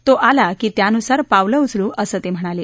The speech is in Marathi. तो आला की त्यानुसार पावलं उचलू असं ते म्हणाले